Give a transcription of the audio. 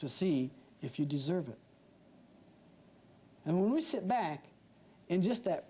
to see if you deserve it and when we sit back in just that